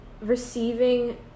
receiving